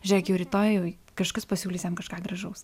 žiūrėk jau rytojui kažkas pasiūlys jam kažką gražaus